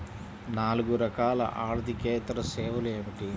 నాలుగు రకాల ఆర్థికేతర సేవలు ఏమిటీ?